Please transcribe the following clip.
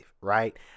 right